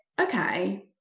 Okay